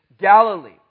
Galilee